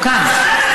הוא כאן.